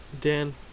Dan